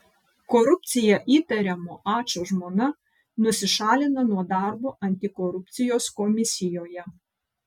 korupcija įtariamo ačo žmona nusišalina nuo darbo antikorupcijos komisijoje